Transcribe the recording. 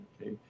okay